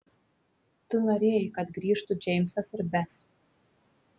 tu norėjai kad grįžtų džeimsas ir bes